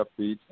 upbeat